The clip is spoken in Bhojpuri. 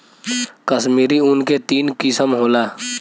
कश्मीरी ऊन के तीन किसम होला